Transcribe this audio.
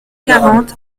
quarante